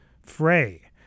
Frey